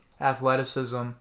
athleticism